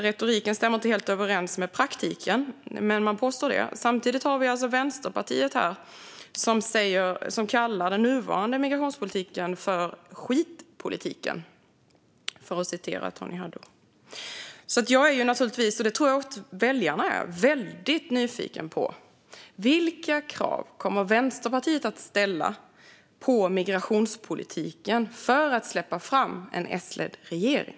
Retoriken stämmer inte helt överens med praktiken, men man påstår detta. Samtidigt har vi Vänsterpartiet, som kallar den nuvarande migrationspolitiken för skitpolitiken, för att citera Tony Haddou. Jag är naturligtvis väldigt nyfiken - och det tror jag att väljarna också är - på vilka krav Vänsterpartiet kommer att ställa på migrationspolitiken för att släppa fram en S-ledd regering.